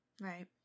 Right